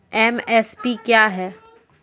MSP क्या है?